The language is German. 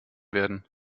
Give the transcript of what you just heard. werden